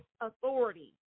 authority